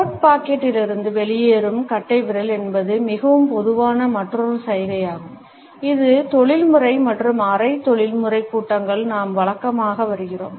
code பாக்கெட்டிலிருந்து வெளியேறும் கட்டைவிரல் என்பது மிகவும் பொதுவான மற்றொரு சைகையாகும் இது தொழில்முறை மற்றும் அரை தொழில்முறை கூட்டங்களில் நாம் வழக்கமாக வருகிறோம்